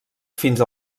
fins